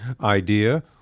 idea